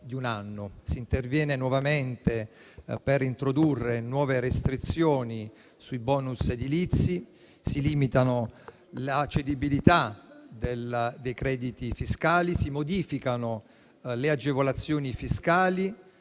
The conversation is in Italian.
Si interviene nuovamente per introdurre nuove restrizioni sui *bonus* edilizi, si limita la cedibilità dei crediti fiscali, si modificano le agevolazioni fiscali,